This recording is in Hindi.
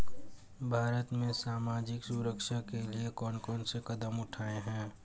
भारत में सामाजिक सुरक्षा के लिए कौन कौन से कदम उठाये हैं?